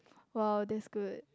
!wow! that's good